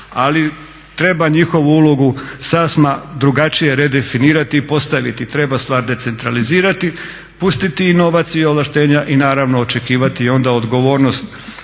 Ali treba njihovu ulogu sasma drugačije redefinirati i postaviti, treba stvar decentralizirati, pustiti novac i ovlaštenja i naravno očekivati onda odgovornost